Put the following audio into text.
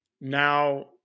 Now